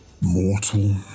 mortal